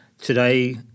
today